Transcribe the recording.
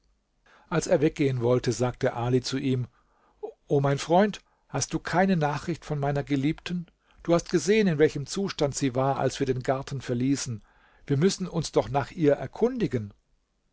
als er weggehen wollte sagte ali zu ihm o mein freund hast du keine nachricht von meiner geliebten du hast gesehen in welchem zustand sie war als wir den garten verließen wir müssen uns doch nach ihr erkundigen